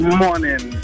morning